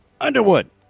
Underwood